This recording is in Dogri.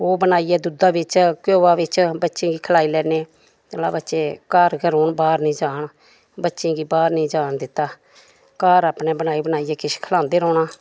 ओह् बनाइयै दुद्धे बिच घ्योआ बिच बच्चे गी खलाई लैन्ने भला बच्चे घर गै रौह्न बाहर निं जान बच्चें गी बाहर निं जान दित्ता घर अपने बनाई बनाइयै किश खलांदे रौह्ना